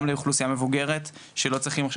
גם לאוכלוסייה מבוגרת שלא צריכה עכשיו